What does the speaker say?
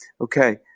Okay